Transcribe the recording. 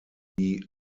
die